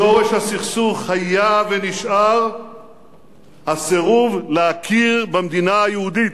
שורש הסכסוך היה ונשאר הסירוב להכיר במדינה היהודית,